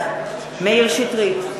מאיר שטרית,